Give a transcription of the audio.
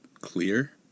clear